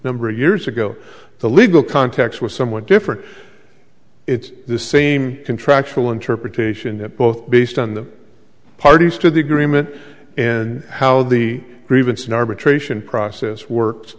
number of years ago the legal context was somewhat different it's the same contractual interpretation that both based on the parties to the agreement and how the grievance in arbitration process works